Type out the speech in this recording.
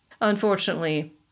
Unfortunately